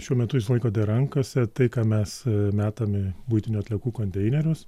šiuo metu jūs laikote rankose tai ką mes metam į buitinių atliekų konteinerius